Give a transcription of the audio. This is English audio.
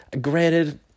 Granted